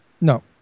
No